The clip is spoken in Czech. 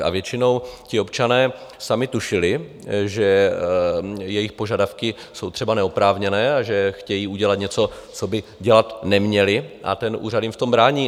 A většinou ti občané sami tušili, že jejich požadavky jsou třeba neoprávněné a že chtějí udělat něco, co by dělat neměli, a úřad jim v tom brání.